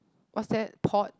what's that port